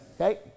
Okay